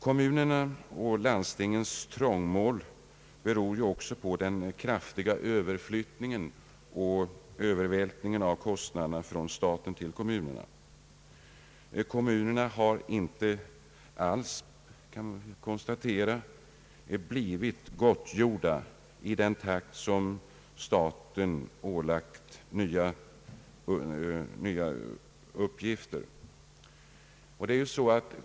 Kommunernas och landstingens trångmål beror ju också på den kraftiga Överflyttningen och övervältringen av kostnader från staten till kommunerna. Kommunerna har inte alls blivit gottgjorda i den takt som staten ålagt dem nya uppgifter.